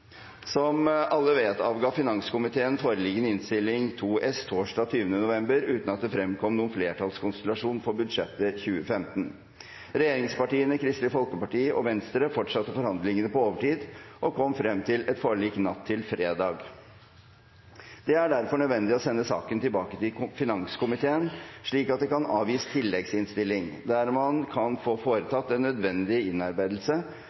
Som alle vet, avga finanskomiteen foreliggende Innst. 2 S torsdag 20. november uten at det der fremkom noen flertallskonstellasjon for budsjettet 2015. Regjeringspartiene, Kristelig Folkeparti og Venstre fortsatte forhandlingene på overtid og kom frem til et forlik natt til fredag. Det er derfor nødvendig å sende saken tilbake til finanskomiteen, slik at det kan avgis en tilleggsinnstilling der man kan få foretatt den nødvendige innarbeidelse